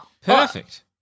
Perfect